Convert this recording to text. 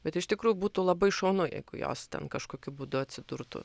bet iš tikrųjų būtų labai šaunu jeigu jos ten kažkokiu būdu atsidurtų